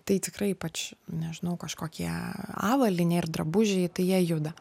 tai tikrai ypač nežinau kažkokie avalynė ir drabužiai tai jie juda